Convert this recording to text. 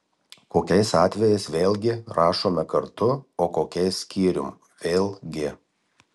kokiais atvejais vėlgi rašome kartu o kokiais skyrium vėl gi